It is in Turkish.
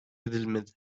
edilmedi